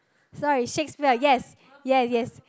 sorry Shakespeare yes yes yes